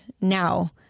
now